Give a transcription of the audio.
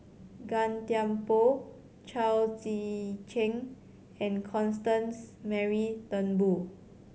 Gan Thiam Poh Chao Tzee Cheng and Constance Mary Turnbull